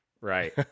Right